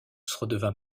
redevint